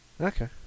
Okay